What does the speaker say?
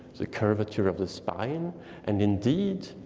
curvature of the spine and indeed,